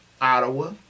Ottawa